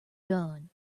done